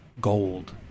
gold